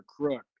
crook